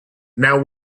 now